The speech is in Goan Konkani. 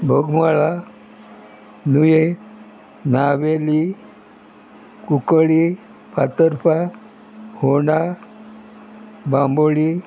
बोगमाळा नुयें नावेली कुंकळी फातोर्पा फोंडा बांबोळी